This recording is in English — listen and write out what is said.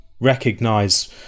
recognize